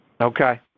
Okay